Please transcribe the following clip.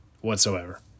whatsoever